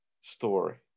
story